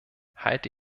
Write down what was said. halte